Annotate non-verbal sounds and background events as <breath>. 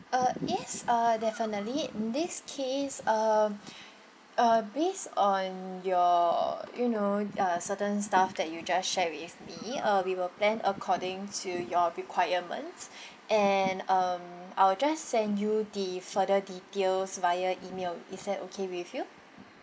uh yes uh definitely in this case uh <breath> uh based on your you know uh certain stuff that you just shared with me uh we will plan according to your requirements <breath> and um I'll just send you the further details via email is that okay with you